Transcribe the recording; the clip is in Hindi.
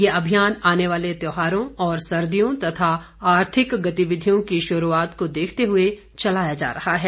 यह अभियान आने वाले त्योहारों और सर्दियों तथा आर्थिक गतिविधियों की शुरुआत को देखते हुए चलाया जा रहा है